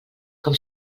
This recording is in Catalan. com